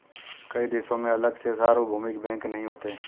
कई देशों में अलग से सार्वभौमिक बैंक नहीं होते